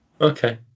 okay